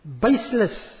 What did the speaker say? Baseless